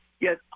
Yes